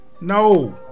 No